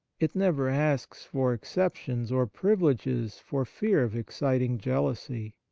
it never asks for exceptions or privileges for fear of exciting jealousy.